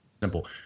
simple